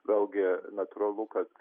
vėlgi natūralu kad